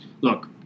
Look